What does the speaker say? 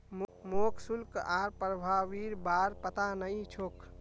मोक शुल्क आर प्रभावीर बार पता नइ छोक